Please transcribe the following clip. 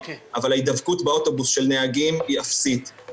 אבל ההידבקות באוטובוס של נהגים היא אפסית,